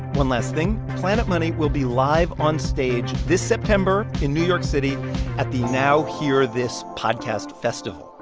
one last thing planet money will be live on stage this september in new york city at the now hear this podcast festival.